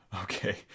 Okay